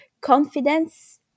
confidence